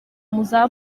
muza